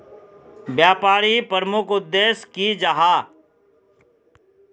व्यापारी प्रमुख उद्देश्य की जाहा?